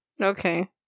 Okay